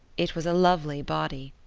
it was a lovely body,